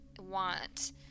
want